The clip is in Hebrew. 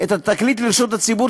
את התקליט לרשות הציבור,